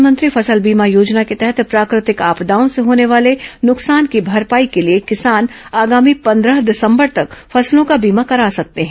प्रधानमंत्री फसल बीमा योजना के तहत प्राकृतिक आपदाओं से होने वाले नुकसान की भरपाई के लिए किसान आगामी पंद्रह दिसंबर तक फसलों का बीमा करा सकते हैं